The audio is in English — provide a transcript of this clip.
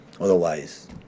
otherwise